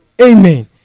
Amen